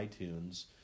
iTunes